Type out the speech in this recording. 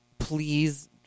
please